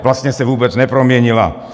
Vlastně se vůbec neproměnila.